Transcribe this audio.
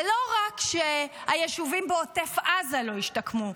זה לא רק שהיישובים בעוטף עזה לא השתקמו.